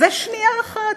זה שנייה אחת,